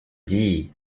dis